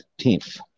15th